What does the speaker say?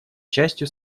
частью